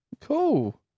Cool